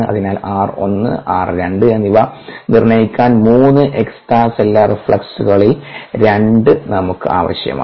അതിനാൽ r 1 r 2 എന്നിവ നിർണ്ണയിക്കാൻ 3 എക്സ്ട്രാ സെല്ലുലാർ ഫ്ലക്സുകളിൽ 2 നമുക്ക് ആവശ്യമാണ്